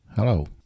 Hello